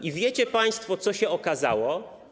I wiecie państwo, co się okazało?